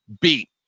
beat